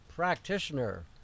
practitioner